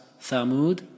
Thamud